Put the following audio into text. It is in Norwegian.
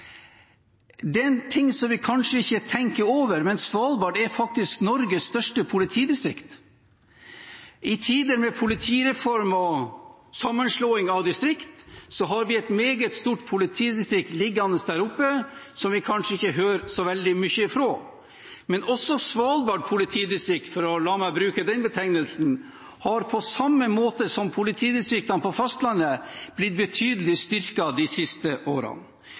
Det er én ting som vi kanskje ikke tenker over, men Svalbard er faktisk Norges største politidistrikt. I tider med politireform og sammenslåing av distrikt har vi et meget stort politidistrikt der oppe som vi kanskje ikke hører så veldig mye fra. Men også Svalbard politidistrikt – la meg bruke den betegnelsen – har, på samme måte som politidistriktene på fastlandet, blitt betydelig styrket de siste årene.